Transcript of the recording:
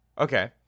okay